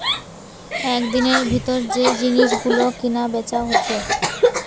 একদিনের ভিতর যে জিনিস গুলো কিনা বেচা হইছে